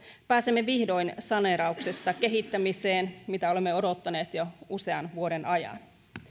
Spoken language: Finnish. pääsemme vihdoin saneerauksesta kehittämiseen mitä olemme odottaneet jo usean vuoden ajan